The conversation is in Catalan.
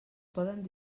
poden